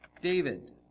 David